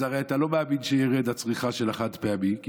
אז הרי אתה לא מאמין שהצריכה של החד-פעמי תרד,